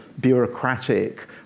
bureaucratic